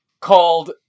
called